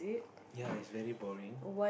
ya it's very boring